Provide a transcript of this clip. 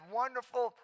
wonderful